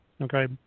Okay